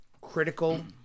critical